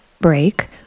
break